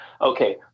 okay